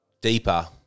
deeper